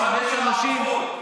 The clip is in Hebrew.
באנו לעבוד.